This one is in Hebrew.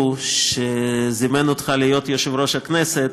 שזימן אותך להיות יושב-ראש הכנסת,